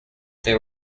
they